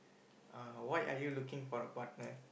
uh why are you looking for a partner